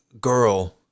girl